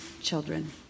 children